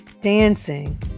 dancing